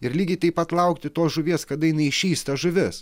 ir lygiai taip pat laukti tos žuvies kada jinai išeis ta žuvis